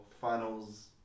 finals